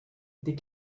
des